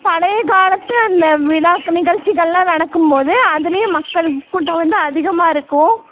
பழைய காலத்து அந்த விழாக் நிகழ்ச்சிகளெலாம் நடக்கும் போது அதுலேயும் மக்கள் கூட்டம் வந்து அதிகமாக இருக்கும்